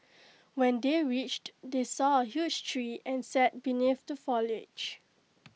when they reached they saw A huge tree and sat beneath the foliage